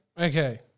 Okay